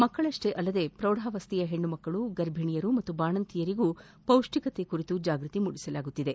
ಮಕ್ಕಳಷ್ಟೇ ಅಲ್ಲದೆ ಪ್ರೌಢಾವಸ್ಥೆಯ ಹೆಣ್ಣುಮಕ್ಕಳು ಗರ್ಭಿಣೆಯರು ಮತ್ತು ಬಾಣಂತಿಯರಿಗೂ ಪೌಷ್ಟಿಕತೆ ಕುರಿತಾಗಿ ಜಾಗ್ಟತಿ ಮೂಡಿಸಲಾಗುತ್ತಿದೆ